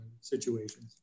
situations